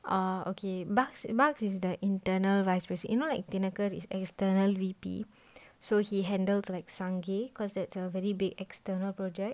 ah okay bugs bugs is the internal vice pres you know like thinakar his external V_P so he handles like sungey cause it's a very big external project